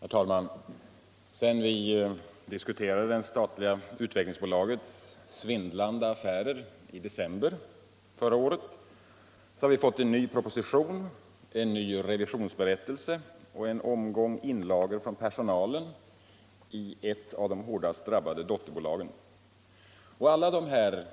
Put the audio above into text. Herr talman! Sedan vi diskuterade det statliga utvecklingsbolagets svindlande affärer i december förra året har vi fått en ny proposition, en ny revisionsberättelse och en omgång inlagor från personalen i ett av de hårdast drabbade dotterbolagen. Alla dessa